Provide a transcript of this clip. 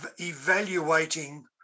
evaluating